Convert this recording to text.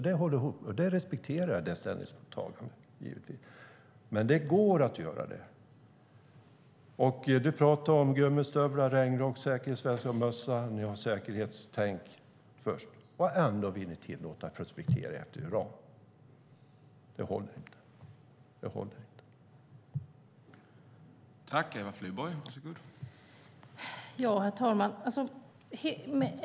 Det ställningstagandet respekterar jag givetvis. Men det går att förbjuda det. Du talar om gummistövlar, regnrock, säkerhetsväst och mössa, att ni har ett säkerhetstänk först, och ändå vill ni tillåta prospektering av uran. Det håller inte.